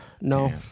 No